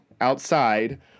outside